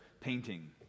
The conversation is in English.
painting